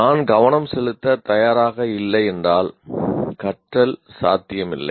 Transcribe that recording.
நான் கவனம் செலுத்த தயாராக இல்லை என்றால் கற்றல் சாத்தியமில்லை